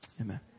Amen